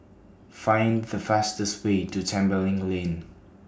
Find The fastest Way to Tembeling Lane